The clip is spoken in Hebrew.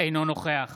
אינו נוכח